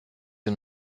you